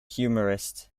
humorist